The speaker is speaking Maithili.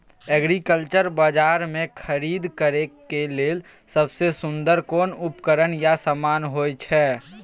एग्रीकल्चर बाजार में खरीद करे के लेल सबसे सुन्दर कोन उपकरण या समान होय छै?